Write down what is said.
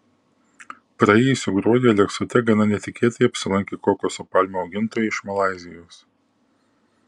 praėjusį gruodį aleksote gana netikėtai apsilankė kokoso palmių augintojai iš malaizijos